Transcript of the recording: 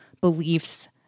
beliefs